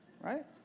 right